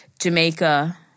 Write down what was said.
Jamaica